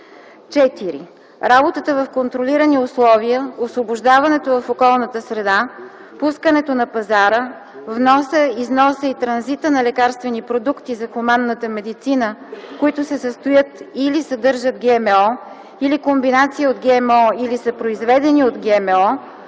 4. работата в контролирани условия, освобождаването в околната среда, пускането на пазара, вноса, износа и транзита на лекарствени продукти за хуманната медицина, които се състоят или съдържат ГМО или комбинация от ГМО, или са произведени от ГМО,